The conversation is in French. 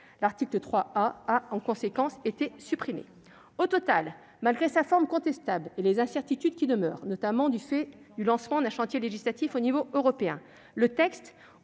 L'article 3 a, en cohérence, été supprimé. Au total, malgré sa forme contestable et les incertitudes qui demeurent, notamment du fait du lancement d'un chantier législatif au niveau européen, le texte